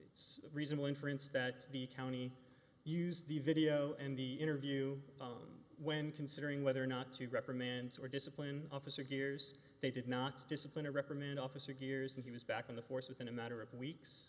its reasonable inference that the county used the video and the interview when considering whether or not to reprimand or discipline officer gears they did not discipline a reprimand officer gears and he was back on the force within a matter of weeks